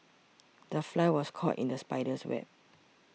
the fly was caught in the spider's web